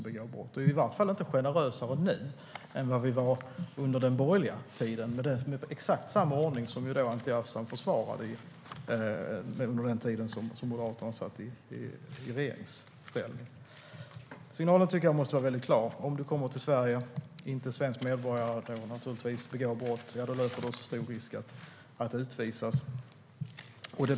Vi är i varje fall inte generösare nu än under den borgerliga tiden, då vi hade exakt samma ordning, som Anti Avsan försvarade när Moderaterna satt i regeringsställning. Signalen måste vara klar. Kommer man till Sverige och inte är svensk medborgare och begår brott löper man stor risk att utvisas.